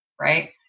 Right